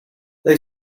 they